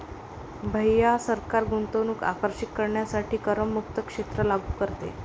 भैया सरकार गुंतवणूक आकर्षित करण्यासाठी करमुक्त क्षेत्र लागू करते